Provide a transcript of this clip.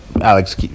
Alex